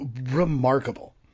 remarkable